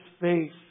faith